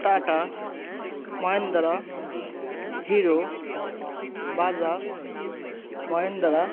Tata Mahindra hero Bajaj Mahindra